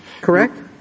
Correct